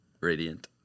radiant